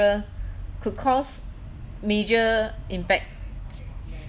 could cause major impact